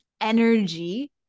energy